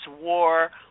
war